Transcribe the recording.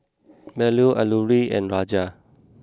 Bellur Alluri and Raja